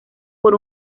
por